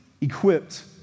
equipped